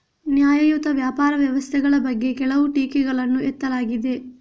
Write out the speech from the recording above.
ನ್ಯಾಯಯುತ ವ್ಯಾಪಾರ ವ್ಯವಸ್ಥೆಗಳ ಬಗ್ಗೆ ಕೆಲವು ಟೀಕೆಗಳನ್ನು ಎತ್ತಲಾಗಿದೆ